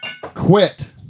quit